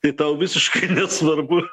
tai tau visiškai nesvarbu